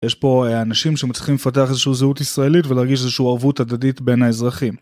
יש פה אנשים שמצליחים לפתח איזשהו זהות ישראלית ולהרגיש איזשהו ערבות הדדית בין האזרחים.